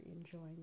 enjoying